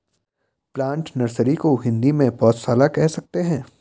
plant nursery को हिंदी में पौधशाला कह सकते हैं